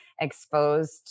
exposed